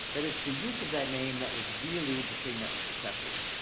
that it's the use of that name that was really the thing that was deceptive.